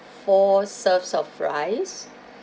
four serves of rice